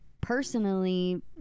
personally